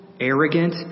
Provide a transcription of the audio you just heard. Arrogant